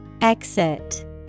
Exit